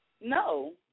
No